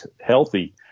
healthy